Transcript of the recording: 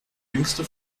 jüngste